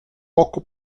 poco